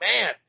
man